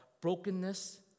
brokenness